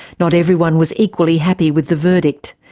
not everyone was equally happy with the verdict.